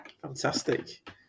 Fantastic